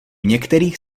některých